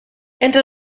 entre